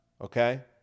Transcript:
Okay